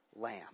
lamb